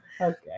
Okay